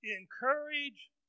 Encourage